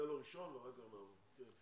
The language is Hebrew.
ואחר כך נעבור.